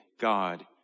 God